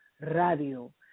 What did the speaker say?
Radio